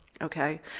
Okay